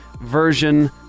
Version